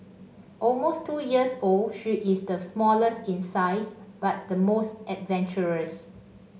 almost two years old she is the smallest in size but the most adventurous